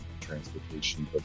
transportation